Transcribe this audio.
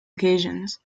occasions